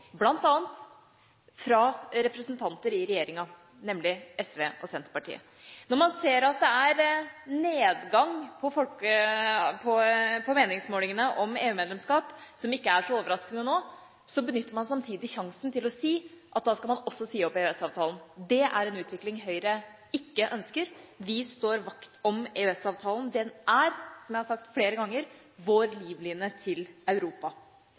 representanter i regjeringa, nemlig SV og Senterpartiet. Når man ser at det er nedgang på meningsmålene om EU-medlemskap, som ikke er så overraskende nå, benytter man samtidig sjansen til å si at da skal man også si opp EØS-avtalen. Det er en utvikling Høyre ikke ønsker. Vi står vakt om EØS-avtalen. Den er, som jeg har sagt flere ganger, vår livline til Europa.